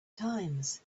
times